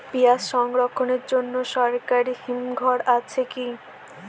পিয়াজ সংরক্ষণের জন্য সরকারি হিমঘর আছে কি?